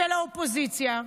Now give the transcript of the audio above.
של האופוזיציה,